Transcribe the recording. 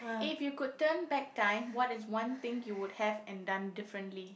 if you could turn back time what is one thing you would have and done differently